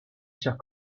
chers